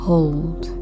Hold